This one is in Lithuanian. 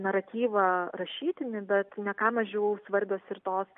naratyvą rašytinį bet ne ką mažiau svarbios ir tos